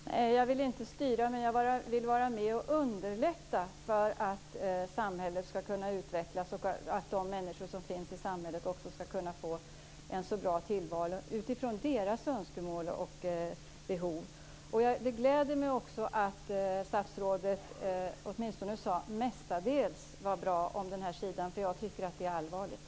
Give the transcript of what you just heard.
Herr talman! Jag vill inte styra, men jag vill vara med och underlätta för att samhället ska kunna utvecklas och att de människor som finns i samhället också ska kunna få en bra tillvaro utifrån deras önskemål och behov. Det gläder mig att statsrådet åtminstone sade om den här sidan att det "mestadels" var bra. Jag tycker att det är allvarligt.